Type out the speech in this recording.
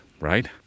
Right